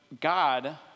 God